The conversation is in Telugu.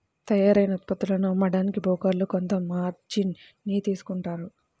తయ్యారైన ఉత్పత్తులను అమ్మడానికి బోకర్లు కొంత మార్జిన్ ని తీసుకుంటారు